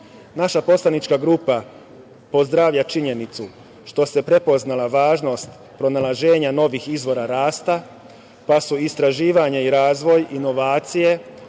poslanička grupa pozdravlja činjenicu što se prepoznala važnost pronalaženja novih izvora rasta, pa su istraživanja i razvoj inovacije,